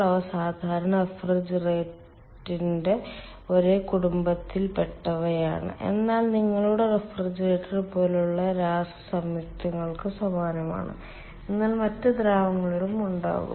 അവ സാധാരണ റഫ്രിജറന്റിന്റെ ഒരേ കുടുംബത്തിൽ പെട്ടവയാണ് എന്നാൽ നിങ്ങളുടെ റഫ്രിജറന്റ് പോലെയുള്ള രാസ സംയുക്തങ്ങൾക്ക് സമാനമാണ് എന്നാൽ മറ്റ് ദ്രാവകങ്ങളും ഉണ്ടാകാം